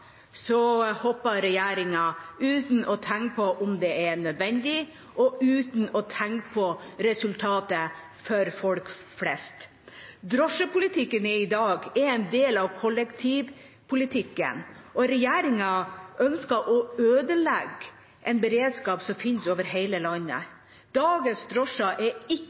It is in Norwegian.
hopper regjeringa uten å tenke på om det er nødvendig, og uten å tenke på resultatet for folk flest. Drosjepolitikken i dag er en del av kollektivpolitikken, og regjeringa ønsker å ødelegge en beredskap som finnes over hele landet. Dagens drosjer er ikke